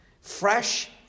Fresh